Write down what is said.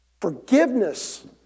Forgiveness